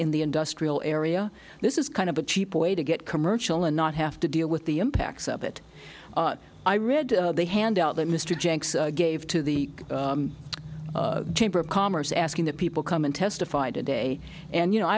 in the industrial area this is kind of a cheap way to get commercial and not have to deal with the impacts of it i read they hand out that mr jenks gave to the chamber of commerce asking that people come and testify today and you know i